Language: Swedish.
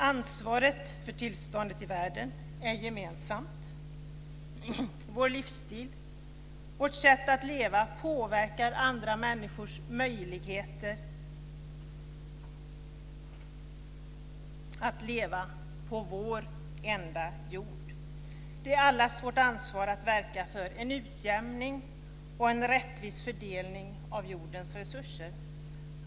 Ansvaret för tillståndet i världen är gemensamt. Vår livsstil och vårt sätt att leva påverkar andra människors möjligheter att leva på vår enda jord. Det är allas vårt ansvar att verka för en utjämning och en rättvis fördelning av jordens resurser.